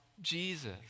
Jesus